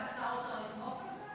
למה, שר האוצר לא יתמוך בזה?